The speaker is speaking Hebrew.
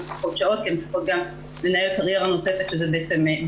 פחות שעות כי הן צריכות גם לנהל קריירה נוספת שזה בית,